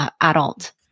adult